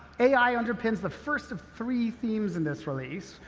ai underpins the first of three themes in this release,